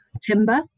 timber